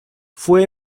fue